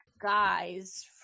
guys